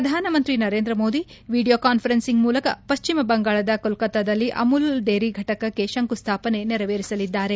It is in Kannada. ಪ್ರಧಾನಮಂತ್ರಿ ನರೇಂದ್ರ ಮೋದಿ ವಿಡಿಯೋ ಕಾನ್ವರೆನ್ಸಿಂಗ್ ಮೂಲಕ ಪಶ್ಚಿಮ ಬಂಗಾಳದ ಕೋಲ್ಕತ್ತಾದಲ್ಲಿ ಅಮುಲ್ ಡೈರಿ ಫಟಕಕ್ಕೆ ಶಂಕುಸ್ಥಾಪನೆ ನೆರವೇರಿಸಲಿದ್ದಾರೆ